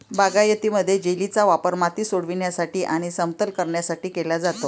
बागायतीमध्ये, जेलीचा वापर माती सोडविण्यासाठी आणि समतल करण्यासाठी केला जातो